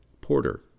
Porter